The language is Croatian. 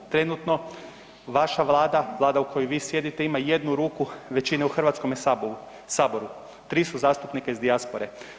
Trenutno vaša Vlada, Vlada u kojoj vi sjedite ima jednu ruku većine u Hrvatskome saboru, tri su zastupnika iz dijaspore.